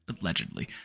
Allegedly